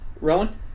Rowan